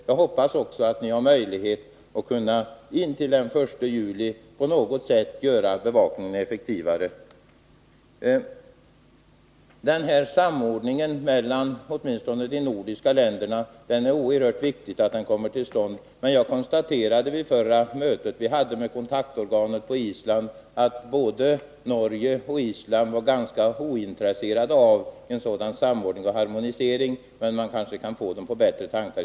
Jag hoppas också att det finns möjligheter att intill den 1 juli på något sätt göra bevakningen effektivare. Att en samordning mellan åtminstone de nordiska länderna kommer till stånd är oerhört viktigt, men vid förra mötet med kontaktorganet på Island kunde jag konstatera att både Norge och Island var ganska ointresserade av en sådan samordning och harmonisering. Man kanske kan få dem på bättre tankar.